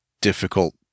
difficult